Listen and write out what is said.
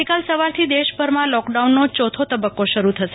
આવતીકાલ સવારથી દેશભરમાં લોકડાઉનનો યોથો તબક્કી શરૂ થશે